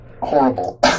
Horrible